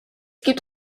gibt